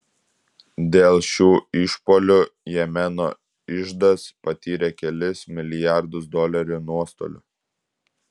dėl šių išpuolių jemeno iždas patyrė kelis milijardus dolerių nuostolių